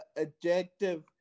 objective